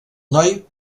noi